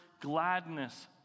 gladness